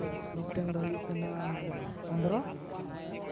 ᱢᱤᱫᱴᱟᱹᱝ ᱫᱚ ᱦᱩᱭᱩᱜ ᱠᱟᱱᱟ ᱯᱚᱱᱫᱨᱚ